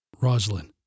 Rosalind